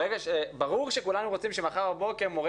ברור שכולנו רוצים שמחר בבוקר מורי